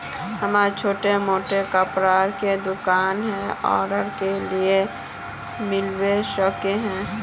हमरा छोटो मोटा कपड़ा के दुकान है ओकरा लिए लोन मिलबे सके है?